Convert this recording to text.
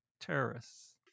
terrorists